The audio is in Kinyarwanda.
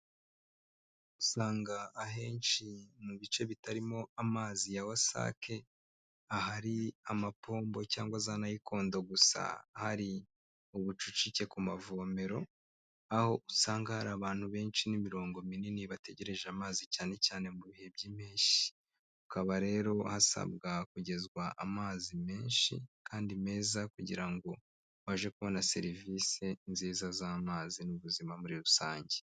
Usanga ahenshi mu bice bitarimo amazi ya WASAC hari amapombo cyangwa za nayikondo gusa, hari ubucucike ku mavomero, aho usanga hari abantu benshi n'imirongo minini bategereje amazi cyane cyane mu bihe by'impeshyi, hakaba rero hasabwa kugezwa amazi menshi kandi meza, kugira ngo babashe kubona serivisi nziza z'amazi n'ubuzima muri rusange.